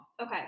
Okay